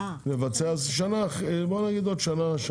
אז שנה אחרי, בוא נגיד עוד שנה.